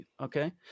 okay